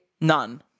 None